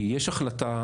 כי יש החלטה.